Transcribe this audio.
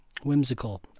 Whimsical